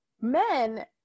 Men